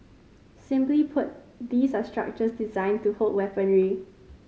simply put these are structures designed to hold weaponry